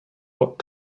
what